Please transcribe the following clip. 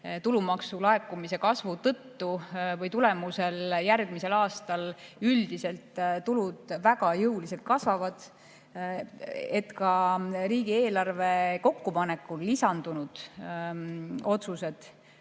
tulumaksu laekumise kasvule järgmisel aastal üldiselt tulud väga jõuliselt kasvavad. Ja riigieelarve kokkupanekul lisandunud otsused,